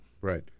Right